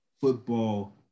Football